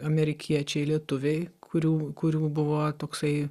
amerikiečiai lietuviai kurių kurių buvo toksai